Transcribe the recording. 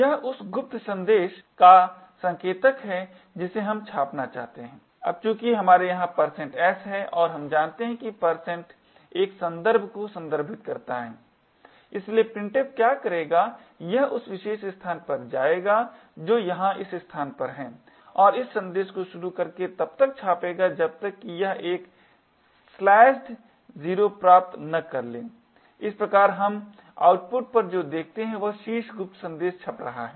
यह उस गुप्त संदेश का संकेतक है जिसे हम छापना चाहते हैं अब चूंकि हमारे यहाँ s है और हम जानते हैं कि एक संदर्भ को संदर्भित करता है इसलिए printf क्या करेगा यह उस विशेष स्थान पर जाएगा जो यहाँ इस स्थान पर है और इस संदेश को शुरू करके तब तक छापेगा जब तक कि यह एक स्लेस्ड 0 प्राप्त न कर ले इस प्रकार हम आउटपुट पर जो देखते हैं वह शीर्ष गुप्त संदेश छप रहा है